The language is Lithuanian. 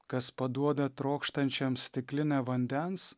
kas paduoda trokštančiam stiklinę vandens